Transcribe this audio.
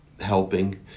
helping